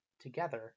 together